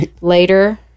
later